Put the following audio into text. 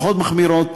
פחות מחמירות,